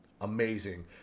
amazing